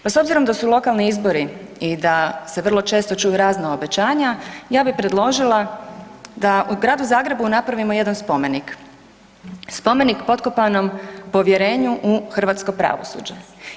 Pa s obzirom da su lokalni izbori i da se vrlo često čuju razna obećanja ja bi predložila da u Gradu Zagrebu napravimo jedan spomenik, spomenik potkopanom povjerenju u hrvatsko pravosuđe.